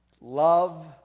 Love